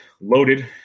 loaded